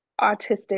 autistic